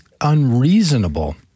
unreasonable